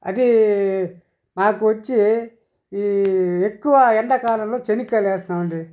అదీ మాకొచ్చి ఈ ఎక్కువ ఎండాకాలంలో చెనిక్కాయలు వేసినామండి